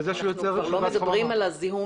בזה שהוא יוצר --- אנחנו לא מדברים על הזיהום